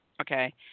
Okay